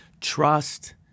trust